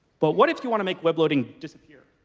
but what if you want to make web loading disappear,